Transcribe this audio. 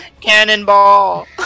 Cannonball